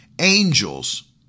angels